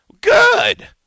good